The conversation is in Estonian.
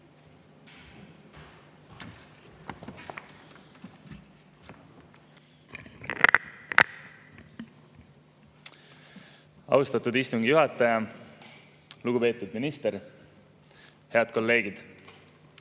Austatud istungi juhataja! Lugupeetud minister! Head kolleegid!